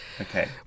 Okay